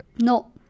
No